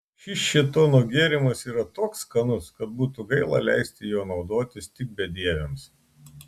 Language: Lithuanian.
šis šėtono gėrimas yra toks skanus kad būtų gaila leisti juo naudotis tik bedieviams